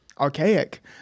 archaic